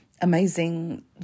amazing